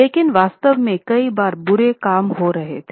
लेकिन वास्तव में कई बुरे काम हो रहे थे